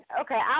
Okay